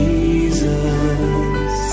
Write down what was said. Jesus